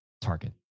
target